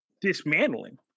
dismantling